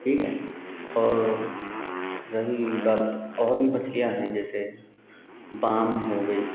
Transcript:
ठीक है और रही बात और भी मछलियाँ हैं जैसे बाम हो गई